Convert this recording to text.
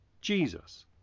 Jesus